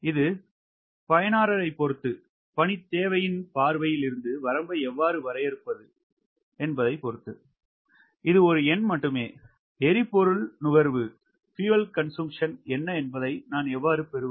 இது பயனரைப் பொறுத்தது பணித் தேவையின் பார்வையில் இருந்து வரம்பை எவ்வாறு வரையறுப்பது இது ஒரு எண் மட்டுமே எரிபொருள் நுகர்வு என்ன என்பதை நான் எவ்வாறு பெறுவது